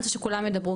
אני רוצה שכולם ידברו,